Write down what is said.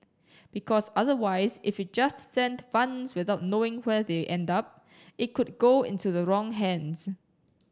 because otherwise if you just send funds without knowing where they end up it could go into the wrong hands